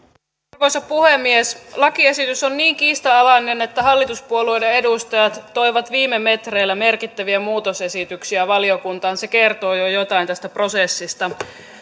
arvoisa puhemies lakiesitys on niin kiistanalainen että hallituspuolueiden edustajat toivat viime metreillä merkittäviä muutosesityksiä valiokuntaan se kertoo jo jotain tästä prosessista